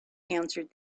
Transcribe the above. answered